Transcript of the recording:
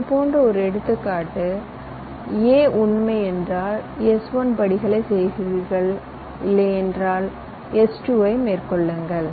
இது போன்ற ஒரு எடுத்துக்காட்ட a உண்மை என்றால் s1 படிகளைச் செய்கிறீர்கள் இல்லையெனில் s2 ஐ மேற்கொள்ளுங்கள்